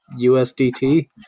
USDT